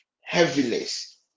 Heaviness